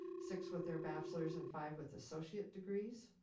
six with their bachelor's and five with associate degrees.